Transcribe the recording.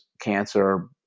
cancer